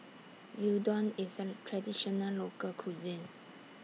Gyudon IS A Traditional Local Cuisine